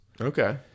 Okay